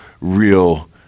real